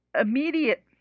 immediate